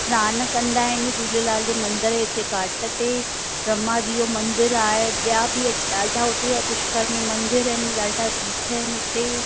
सनान कंदा आहिनि झूलेलाल जे मंदिर हिते घाट ते ब्रह्मा जी जो मंदिर आहे ॿिया बि ॾाढा हुते हीअ पुष्कर में मंदिर आहिनि ॾाढा तीर्थ आहिनि हुते